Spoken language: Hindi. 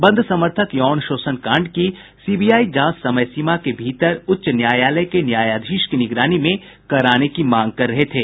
बंद समर्थक यौन शोषण कांड की सीबीआई जांच समय सीमा के भीतर उच्च न्यायालय के न्यायाधीश की निगरानी में कराने की मांग कर रहे थे